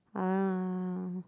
ah